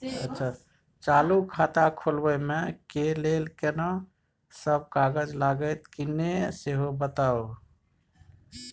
चालू खाता खोलवैबे के लेल केना सब कागज लगतै किन्ने सेहो बताऊ?